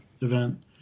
event